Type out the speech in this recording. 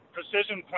Precision